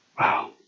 Wow